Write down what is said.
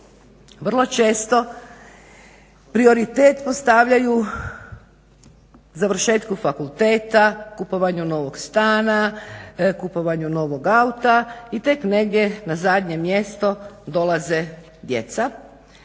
vrlo često prioritet postavljaju završetku fakulteta, kupovanju novog stana, kupovanju novog auta i tek negdje na zadnje mjesto dolaze djeca,